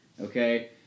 okay